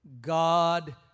God